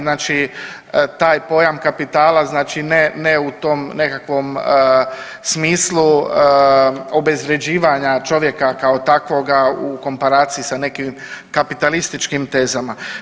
Znači taj pojam kapitala, znači ne u tom nekakvom smislu obezvređivanja čovjeka kao takvoga u komparaciji sa nekim kapitalističkim tezama.